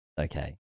okay